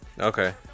Okay